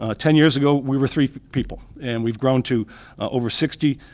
ah ten years ago we were three people. and we've grown to over sixty,